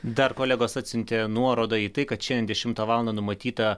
dar kolegos atsiuntė nuorodą į tai kad šiandien dešimtą valandą numatyta